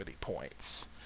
points